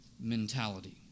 mentality